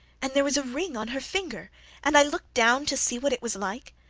and there was a ring on her finger, and i looked down to see what it was like.